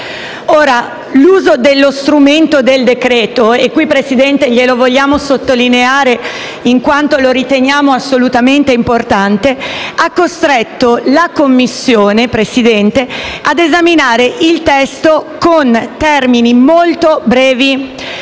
L'uso dello strumento del decreto-legge - e questo, signor Presidente, glielo vogliamo sottolineare in quanto lo riteniamo assolutamente importante - ha costretto la Commissione ad esaminare il testo con termini molto brevi,